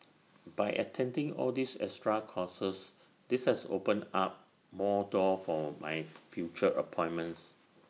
by attending all these extra courses this has opened up one more door for my future appointments